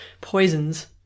Poison's